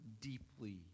deeply